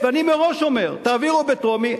ואני מראש אומר: תעבירו בטרומית,